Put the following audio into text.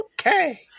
Okay